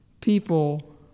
people